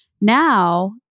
now